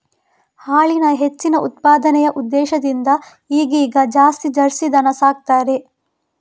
ಹಾಲಿನ ಹೆಚ್ಚಿನ ಉತ್ಪಾದನೆಯ ಉದ್ದೇಶದಿಂದ ಈಗೀಗ ಜಾಸ್ತಿ ಜರ್ಸಿ ದನ ಸಾಕ್ತಾರೆ